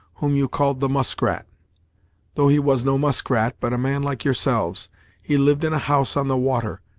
whom you called the muskrat though he was no muskrat, but a man like yourselves he lived in a house on the water,